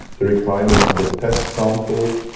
the requirements on the test samples.